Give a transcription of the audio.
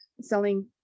selling